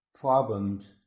problems